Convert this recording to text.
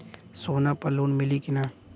सोना पर लोन मिली की ना?